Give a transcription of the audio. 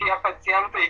tie pacientai